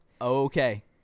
Okay